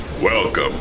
Welcome